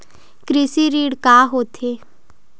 कृषि ऋण का होथे?